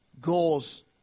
goals